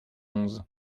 onze